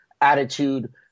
attitude